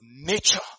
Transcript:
nature